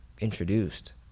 introduced